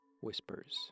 Whispers